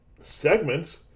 segments